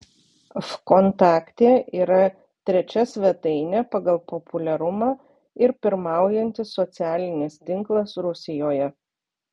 vkontakte yra trečia svetainė pagal populiarumą ir pirmaujantis socialinis tinklas rusijoje